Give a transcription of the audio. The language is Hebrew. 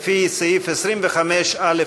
לפי סעיף 25(א)(1)